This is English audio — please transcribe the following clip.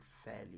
fairly